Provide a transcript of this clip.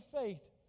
faith